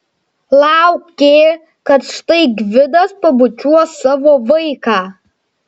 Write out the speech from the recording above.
laukė kad štai gvidas pabučiuos savo vaiką